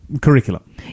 curriculum